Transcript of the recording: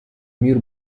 мир